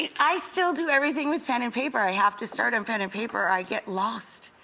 i still do everything with pen and paper, i have to start on pen and paper or i get lost,